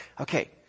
okay